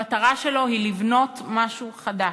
המטרה שלו היא לבנות משהו חדש.